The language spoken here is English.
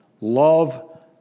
love